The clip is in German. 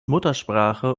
muttersprache